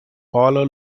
paolo